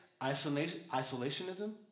isolationism